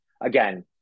again